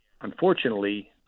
unfortunately